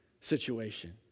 situation